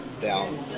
down